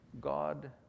God